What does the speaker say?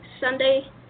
Sunday